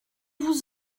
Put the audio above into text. vous